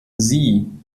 sie